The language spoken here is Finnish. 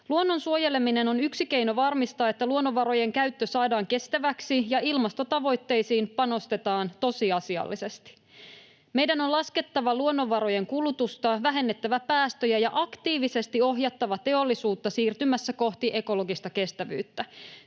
Luonnon suojeleminen on yksi keino varmistaa, että luonnonvarojen käyttö saadaan kestäväksi ja ilmastotavoitteisiin panostetaan tosiasiallisesti. Meidän on laskettava luonnonvarojen kulutusta, vähennettävä päästöjä ja aktiivisesti ohjattava teollisuutta siirtymässä kohti ekologista kestävyyttä.